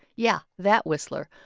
yeah that whistler.